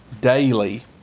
daily